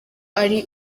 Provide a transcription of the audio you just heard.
ari